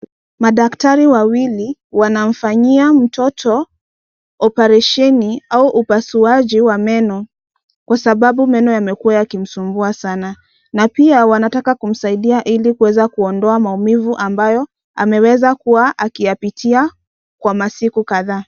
Madaktari wawili wanamfanyia mtoto oparesheni au upasuaji wa meno kwa sababu meno yamekuwa yakimsumbua sana, na pia wanataka kumsaidia ili kuweza kuondoa maumivu ambayo ameweza kuwa akiyapitia kwa masiku kadhaa.